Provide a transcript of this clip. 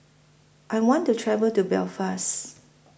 I want to travel to Belfast